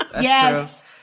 Yes